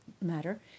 matter